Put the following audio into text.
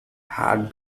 had